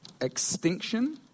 extinction